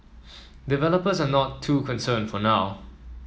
developers are not too concerned for now